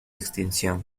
extinción